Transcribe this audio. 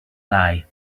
lie